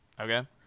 Okay